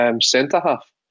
centre-half